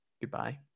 goodbye